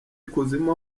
ikuzimu